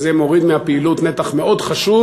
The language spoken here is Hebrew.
זה מוריד מהפעילות נתח מאוד חשוב.